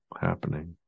happening